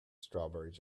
strawberries